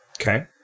Okay